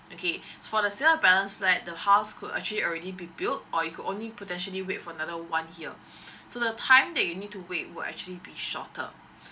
okay for the sale of balance flat the house could actually already be built or you could only potentially wait for another one year so the time that you need to wait will actually be shorter